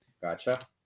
Gotcha